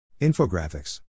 Infographics